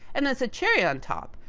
and, as a cherry on top,